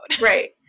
Right